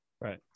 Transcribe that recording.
Right